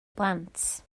blant